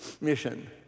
Mission